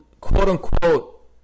quote-unquote